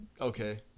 Okay